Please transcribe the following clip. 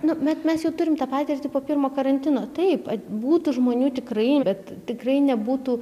nu bet mes jau turime tą patirtį po pirmo karantino taip būtų žmonių tikrai bet tikrai nebūtų